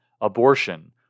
abortion